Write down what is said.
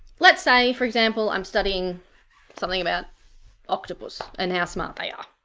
let's say for example i'm studying something about octopus and how smart they are